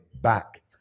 back